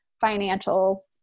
financial